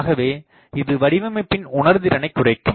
ஆகவே இது வடிவமைப்பின் உணர்திறனைக் குறைக்கும்